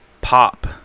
Pop